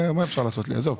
הכל בסדר.